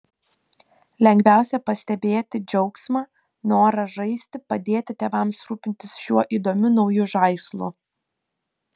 lengviausia pastebėti džiaugsmą norą žaisti padėti tėvams rūpintis šiuo įdomiu nauju žaislu